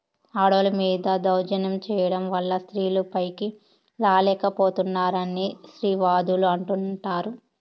ఆడోళ్ళ మీద దౌర్జన్యం చేయడం వల్ల స్త్రీలు పైకి రాలేక పోతున్నారని స్త్రీవాదులు అంటుంటారు